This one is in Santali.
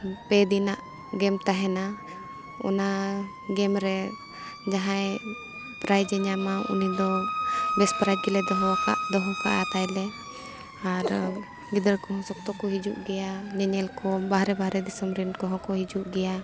ᱯᱮ ᱫᱤᱱᱟᱜ ᱜᱮᱢ ᱛᱟᱦᱮᱱᱟ ᱚᱱᱟ ᱜᱮᱢ ᱨᱮ ᱡᱟᱦᱟᱸᱭ ᱯᱨᱟᱭᱤᱡᱮ ᱧᱟᱢᱟ ᱩᱱᱤ ᱫᱚ ᱵᱮᱥ ᱯᱨᱟᱭᱤᱡᱽ ᱜᱮᱞᱮ ᱫᱚᱦᱚ ᱟᱠᱟᱫ ᱫᱚᱦᱚ ᱠᱟᱜᱼᱟ ᱛᱟᱦᱚᱞᱮ ᱟᱨ ᱜᱤᱫᱟᱹᱨ ᱠᱚᱦᱚᱸ ᱥᱚᱠᱛᱚ ᱠᱚ ᱦᱤᱡᱩᱜ ᱜᱮᱭᱟ ᱧᱮᱧᱮᱞ ᱠᱚ ᱵᱟᱦᱨᱮ ᱵᱟᱨᱦᱮ ᱫᱤᱥᱚᱢ ᱨᱮᱱ ᱠᱚᱦᱚᱸ ᱠᱚ ᱦᱤᱡᱩᱜ ᱜᱮᱭᱟ